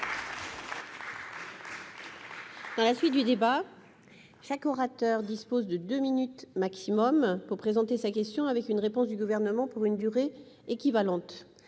Je rappelle que chaque orateur dispose de deux minutes au maximum pour présenter sa question, suivie d'une réponse du Gouvernement pour une durée équivalente.